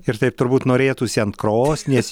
ir taip turbūt norėtųsi ant krosnies